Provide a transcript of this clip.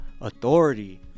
authority